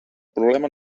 problema